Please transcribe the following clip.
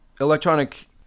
electronic